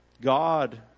God